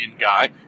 guy